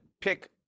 pick